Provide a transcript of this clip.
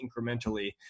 incrementally